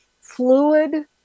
fluid